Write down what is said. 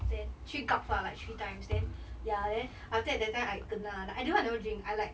then three gulps lah like three times then ya then after that time I kena like in the end I never drink I like